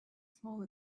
small